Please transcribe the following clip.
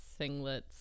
singlets